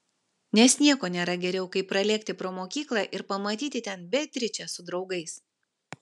nes nieko nėra geriau kaip pralėkti pro mokyklą ir pamatyti ten beatričę su draugais